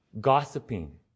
gossiping